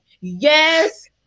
Yes